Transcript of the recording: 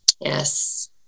Yes